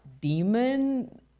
demon